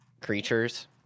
creatures